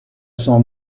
son